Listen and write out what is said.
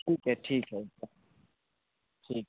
ठीक है ठीक है ठीक